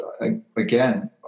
again